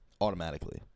Automatically